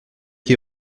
qui